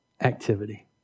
activity